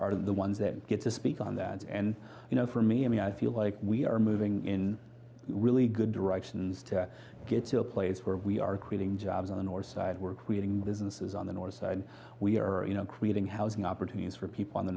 are the ones that get to speak on that and you know for me i mean i feel like we are moving in really good directions to get to a place where we are creating jobs on our side we're creating businesses on the north side we are you know creating housing opportunities for people on the